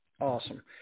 Awesome